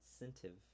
incentive